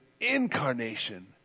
incarnation